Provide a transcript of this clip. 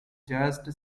just